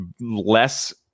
less